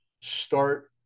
start